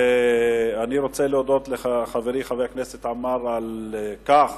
אני רוצה להודות לחברי חבר הכנסת עמאר על כך